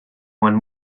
one